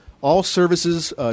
all-services